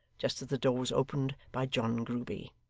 just as the door was opened by john grueby.